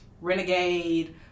Renegade